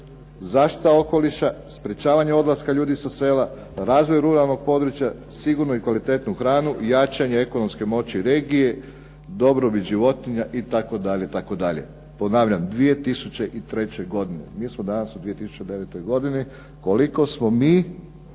zaštita okoliša, sprečavanje odlaska ljudi sa sela, razvoj ruralnog područja, sigurnu i kvalitetnu hranu i jačanje ekonomske moći regije, dobrobit životinja itd. Ponavljam 2003. godine. Mi smo danas u 2009. godini. Koliko smo mi